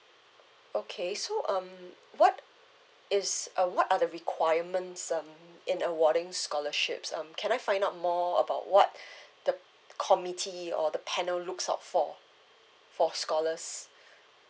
okay so um what is uh what are the requirements um in awarding scholarships um can I find out more about what the committee or the panel looks out for for scholars